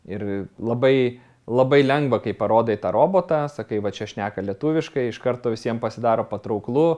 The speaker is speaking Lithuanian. ir labai labai lengva kai parodai tą robotą sakai va čia šneka lietuviškai iš karto visiem pasidaro patrauklu